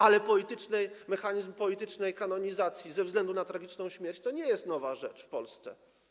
Ale polityczny mechanizm politycznej kanonizacji ze względu na tragiczną śmierć to nie jest nowa rzecz w Polsce.